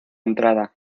entrada